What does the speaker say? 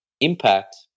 impact